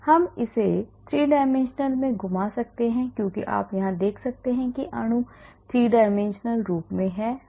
हम इसे 3 dimensional में घुमा सकते हैं क्योंकि आप यहां देख सकते हैं कि अणु 3 dimensional रूप में है